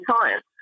science